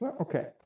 Okay